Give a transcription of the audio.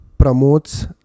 Promotes